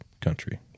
country